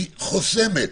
היא חוסמת.